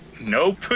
Nope